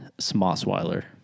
Smosweiler